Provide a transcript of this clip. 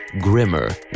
Grimmer